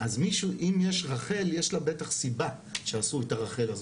אם יש רח"ל, יש לה בטח סיבה שעשו את הרח"ל הזאת.